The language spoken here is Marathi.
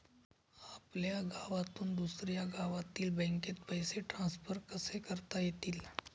आपल्या गावातून दुसऱ्या गावातील बँकेत पैसे ट्रान्सफर कसे करता येतील?